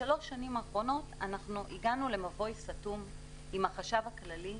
בשלוש השנים האחרונות הגענו למבוי סתום עם החשב הכללי.